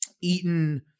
eaten